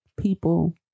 people